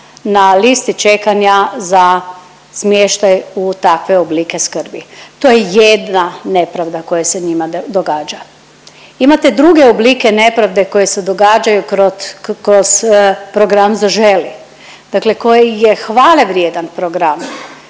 na listi čekanja za smještaj u takve oblike skrbi. To je jedna nepravda koja se njima događa. Imate druge oblike nepravde koje se događaju kroz program „Zaželi“ dakle koji je hvale vrijedan program,